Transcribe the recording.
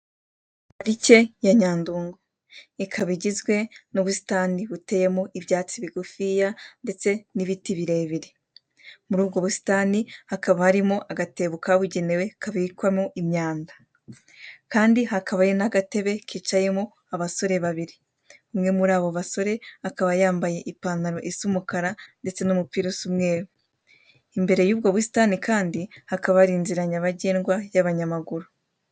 Parike ya Nyandungu. Igizwe n'ibiti birebire n'ibyatsi bigufi mu busitani. Muri ubwo busitani hari agatebo kabugenewe kabikwamo imyanda. Kandi hari n'agatebe kicayeho abasore babiri umwe wambaye ipantaro y'umukara n'agapira k'umweru. Imbere y'ubusitani hari inzira y'abanyamaguru.